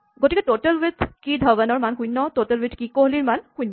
গতিকে total with কী ধৱন ৰ মান শূণ্য টোটেল ৱিথ কী কোহলিৰ মান শূ্ণ্য